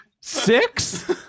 Six